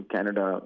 Canada